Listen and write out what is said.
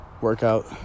workout